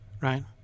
right